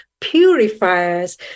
purifiers